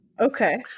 Okay